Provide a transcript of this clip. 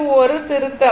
இது ஒரு திருத்தம்